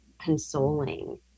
consoling